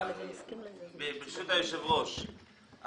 ברשות היושב ראש,